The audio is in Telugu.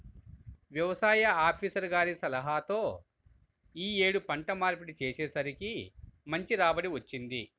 యవసాయ ఆపీసర్ గారి సలహాతో యీ యేడు పంట మార్పిడి చేసేసరికి మంచి రాబడి వచ్చింది